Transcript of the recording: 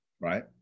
right